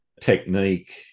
technique